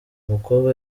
umukobwa